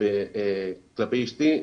כלפי אשתי,